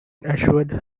assured